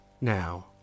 Now